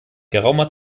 geraumer